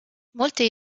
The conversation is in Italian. molte